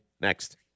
Next